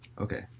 Okay